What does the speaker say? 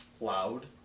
loud